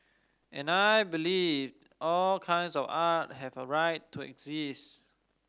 and I believe all kinds of art have a right to exist